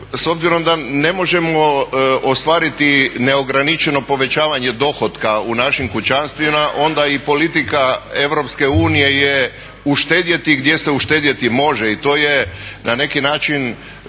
s obzirom da ne možemo ostvariti neograničeno povećavanje dohotka u našim kućanstvima onda i politika EU je uštedjeti gdje se uštedjeti može i to je na neki način